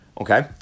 Okay